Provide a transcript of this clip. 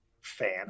fan